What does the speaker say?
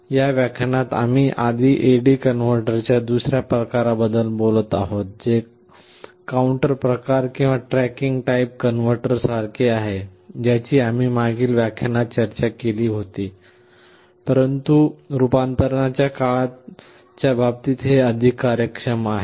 या व्याख्यानात आपण आधी AD कन्व्हर्टरच्या दुसर्या प्रकाराबद्दल बोलत आहोत जे काउंटर प्रकार किंवा ट्रॅकिंग टाइप कन्व्हर्टर सारखे आहे ज्याची आपण मागील व्याख्यानात चर्चा केले होती परंतु रूपांतरणाच्या काळाच्या बाबतीत हे अधिक कार्यक्षम आहे